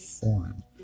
form